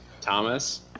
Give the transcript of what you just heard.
Thomas